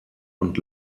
und